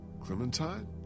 Clementine